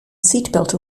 seatbelt